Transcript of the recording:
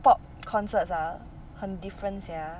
pop concerts ah 很 different sia